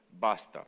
Basta